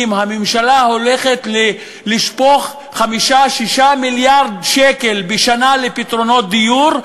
הממשלה הולכת לשפוך 6-5 מיליארד שקל בשנה לפתרונות דיור.